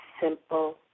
simple